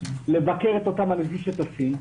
לבקר את אותם אנשים שטסים,